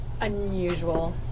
Unusual